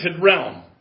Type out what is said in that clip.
realm